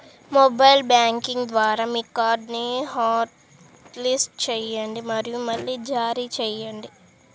mobile banking ద్వారా మీ కార్డ్ని హాట్లిస్ట్ చేయండి మరియు మళ్లీ జారీ చేయండి